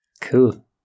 Cool